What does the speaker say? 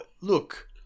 Look